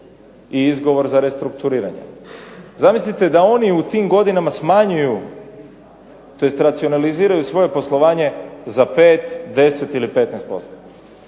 i izgovor za restrukturiranje. Zamislite da oni u tim godinama smanjuju tj. racionaliziraju svoje poslovanje za 5, 10 ili 15%.